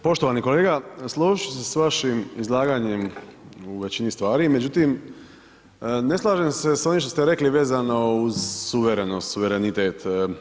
Poštovani kolega, složit ću se sa vašim izlaganjem u većini stvari, međutim ne slažem se sa onim što ste rekli vezano uz suverenost, suverenitet.